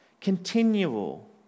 Continual